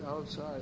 outside